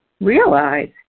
Realize